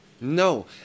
No